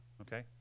okay